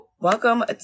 Welcome